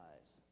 eyes